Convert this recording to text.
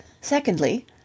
secondly